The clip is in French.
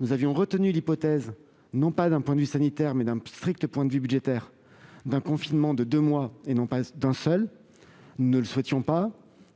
nous avions retenu l'hypothèse, non pas d'un point de vue sanitaire, mais d'un strict point de vue budgétaire, d'un confinement de deux mois plutôt que d'un seul mois. Même si